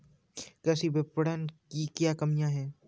कृषि विपणन की क्या कमियाँ हैं?